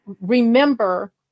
remember